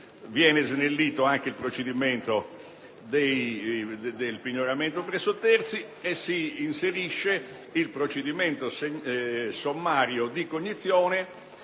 Viene snellito anche il procedimento del pignoramento presso terzi e si inserisce il procedimento sommario di cognizione,